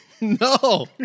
No